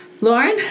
Lauren